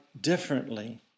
differently